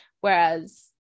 Whereas